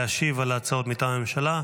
להשיב על ההצעות מטעם הממשלה,